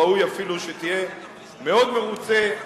ראוי אפילו שתהיה מאוד מרוצה,